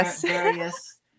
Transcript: various